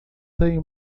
tem